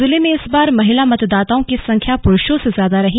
जिले में इस बार महिला मतदाताओं की संख्या पुरुषों से ज्यादा रही